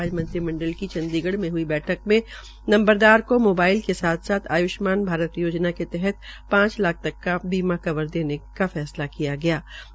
आज मंत्रिमंडल की चंडीगढ़ में हई बैठक में नंबरदार को मोबाइल के साथ साथ आय्ष्मान भारत योजना के तहत पांच लाख तक का बीमा कवर देने का फैसला भी किया गया है